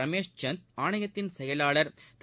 ரமேஷ் சந்த் ஆணையத்தின் செயலாளர் திரு